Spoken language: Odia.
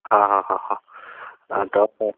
ହଁ ହଁ ହଁ ହଁ ତ